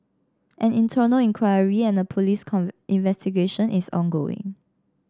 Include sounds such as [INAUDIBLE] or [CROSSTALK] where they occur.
an internal inquiry and a police [UNINTELLIGIBLE] investigation is ongoing